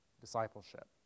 discipleship